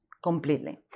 Completely